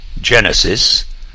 Genesis